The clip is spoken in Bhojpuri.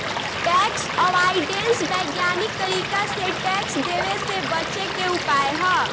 टैक्स अवॉइडेंस वैज्ञानिक तरीका से टैक्स देवे से बचे के उपाय ह